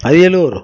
Ariyalur